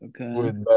Okay